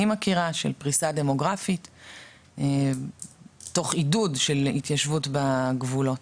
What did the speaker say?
מכירה של פריסה דמוגרפית תוך עידוד של התיישבות בגבולות.